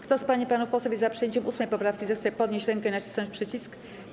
Kto z pań i panów posłów jest za przyjęciem 8. poprawki, zechce podnieść rękę i nacisnąć przycisk.